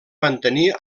mantenir